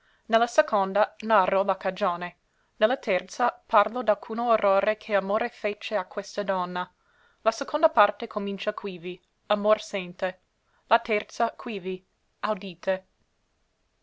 la seconda narro la cagione ne la terza parlo d'alcuno onore che amore fece a questa donna la seconda parte comincia quivi amor sente la terza quivi audite